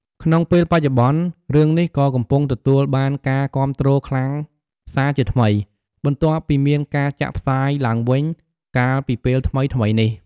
ក្នុងពេលបច្ចុប្បន្ន រឿងនេះក៏កំពុងទទួលបានការគាំទ្រខ្លាំងសារជាថ្មី បន្ទាប់ពីមានការចាក់ផ្សាយឡើងវិញ កាលពីពេលថ្មីៗនេះ។